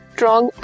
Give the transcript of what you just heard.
Strong